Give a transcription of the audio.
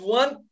one